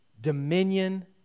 dominion